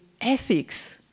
ethics